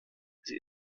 sie